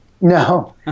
no